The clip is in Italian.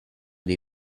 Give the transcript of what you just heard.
dei